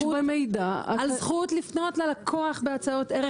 אלא על זכות לפנות ללקוח בהצעות ערך.